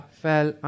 fell